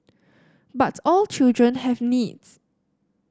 but all children have needs